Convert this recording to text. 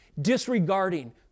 disregarding